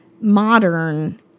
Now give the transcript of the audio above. modern